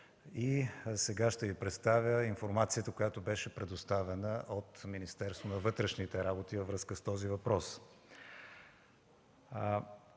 и сега ще Ви представя информацията, която беше предоставена от Министерството на вътрешните работи във връзка с този въпрос.